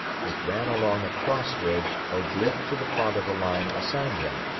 which ran along a cross ridge oblique to the front of the line assigned him,